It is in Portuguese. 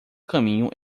caminho